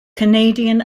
canadian